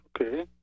Okay